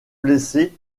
blessé